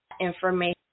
information